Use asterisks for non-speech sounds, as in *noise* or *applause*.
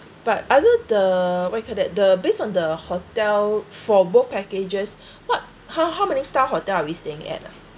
but other the what do you call that the based on the hotel for both packages *breath* what how how many star hotel are we staying at ah